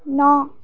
ন